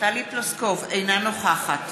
אינה נוכחת